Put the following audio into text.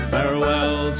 Farewell